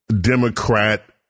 Democrat